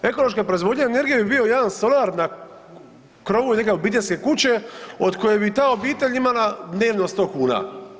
Ekološka proizvodnja energije bi bio jedan solar na krovu neke obiteljske kuće od koje bi ta obitelj imala dnevno sto kuna.